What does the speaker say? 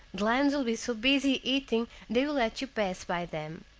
lions will be so busy eating they will let you pass by them.